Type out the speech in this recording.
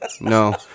no